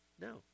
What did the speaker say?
No